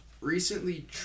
Recently